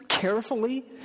Carefully